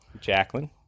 Jacqueline